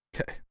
Okay